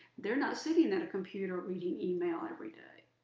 they're not sitting at a computer reading email every day.